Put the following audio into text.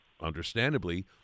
understandably